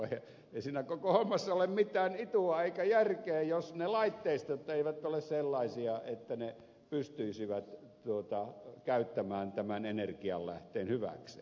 ei siinä koko hommassa ole mitään itua eikä järkeä jos ne laitteistot eivät ole sellaisia että ne pystyisivät käyttämään tämän energialähteen hyväkseen